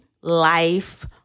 life